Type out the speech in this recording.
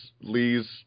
Lee's